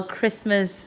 Christmas